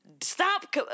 Stop